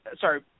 sorry